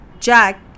Jack